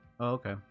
okay